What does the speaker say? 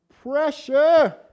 Pressure